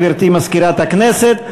גברתי מזכירת הכנסת,